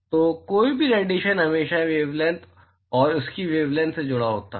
तो कोई भी रेडिएशन हमेशा वेवलैंथ और उसकी वेवलैंथ से जुड़ा होता है